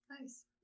Nice